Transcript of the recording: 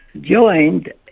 joined